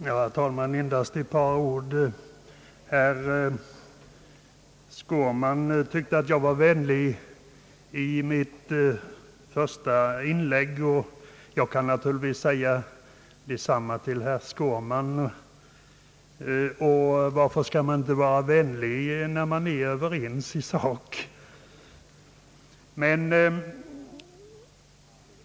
Herr talman! Endast ett par ord. Herr Skårman tyckte att jag var vänlig i mitt första inlägg, och jag kan naturligtvis säga detsamma till herr Skårman. Varför skall man inte vara vänlig, när man är överens i sak?